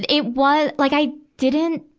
it it was, like i didn't,